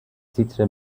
تیتر